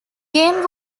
game